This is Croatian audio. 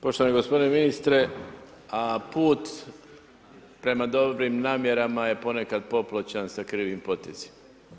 Poštovani gospodine ministre, a put prema dobrim namjerama je ponekad popločen sa krivim potezima.